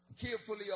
carefully